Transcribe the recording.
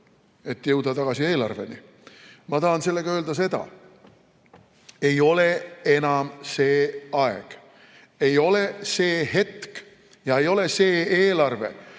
et jõuda tagasi eelarveni? Ma tahan sellega öelda seda, et ei ole enam see aeg, ei ole see hetk ja ei ole see eelarve,